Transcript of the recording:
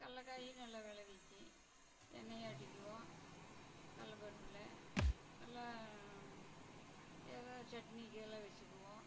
கடல்லக்காயும் நல்ல வில விற்கும் எண்ணெய் ஆட்டிக்குவோம் கடல்லப்பருப்புல நல்ல எதோ சட்னிக்கெல்லாம் வச்சிக்கிவோம்